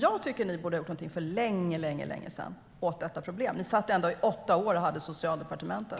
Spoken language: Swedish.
Jag tycker att ni borde ha gjort någonting för länge, länge sedan åt detta problem. Ni satt ändå i åtta år och styrde Socialdepartementet.